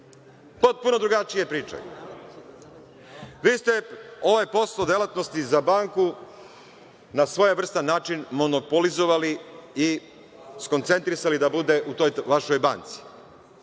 Potpuno je drugačija priča. Vi ste ovaj posao, delatnosti za banku na svojevrstan način monopolizovali i skoncentrisali da bude u toj vašoj banci.